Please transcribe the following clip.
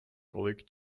kolik